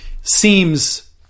seems